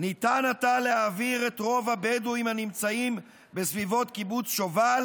"ניתן עתה להעביר את רוב הבדואים הנמצאים בסביבות קיבוץ שובל